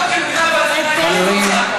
חברים,